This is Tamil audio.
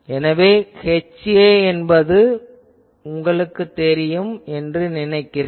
எனவே HA என்பது உங்களுக்குத் தெரியும் என்று நினைக்கிறேன்